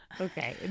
Okay